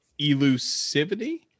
elusivity